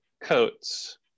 coats